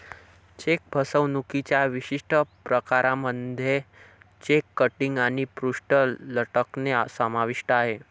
check फसवणुकीच्या विशिष्ट प्रकारांमध्ये चेक किटिंग आणि पृष्ठ लटकणे समाविष्ट आहे